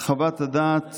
חוות הדעת